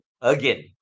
again